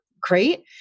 great